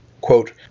quote